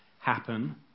happen